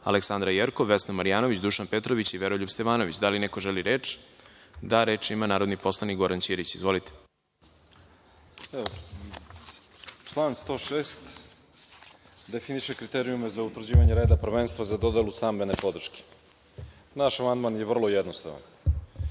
Aleksandra Jerkov, Vesna Marjanović, Dušan Petrović i Veroljub Stevanović. Da li neko želi reč? Reč ima narodni poslanik Goran Ćirić. Izvolite. **Goran Ćirić** Član 106. definiše kriterijume za utvrđivanje reda prvenstva za dodelu stambene podrške. Naš amandman je vrlo jednostavan.